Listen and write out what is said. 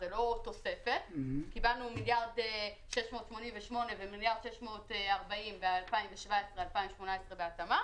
לא תוספת קיבלנו 1.688 ו-1.640 מיליארד בהתאמה,